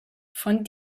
von